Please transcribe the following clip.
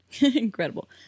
Incredible